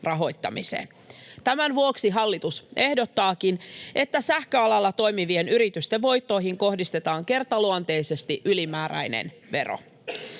Tämän vuoksi hallitus ehdottaakin, että sähköalalla toimivien yritysten voittoihin kohdistetaan kertaluonteisesti ylimääräinen vero.